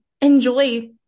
enjoy